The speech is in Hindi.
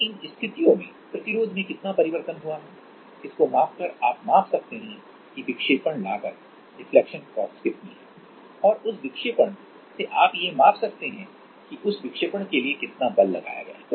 और इन स्थितियों में प्रतिरोध में कितना परिवर्तन हुआ है इसको मापकर आप माप सकते हैं कि विक्षेपण लागत कितनी है और उस विक्षेपण से आप यह माप सकते हैं कि उस विक्षेपण के लिए कितना बल लगाया गया है